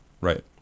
Right